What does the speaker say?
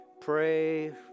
pray